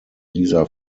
dieser